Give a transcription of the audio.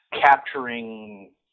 capturing